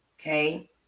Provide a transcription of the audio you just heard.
okay